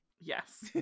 Yes